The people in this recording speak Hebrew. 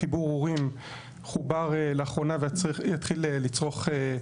חיבור בסיס אורים חובר לאחרונה ויתחיל לצרוך גז.